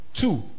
Two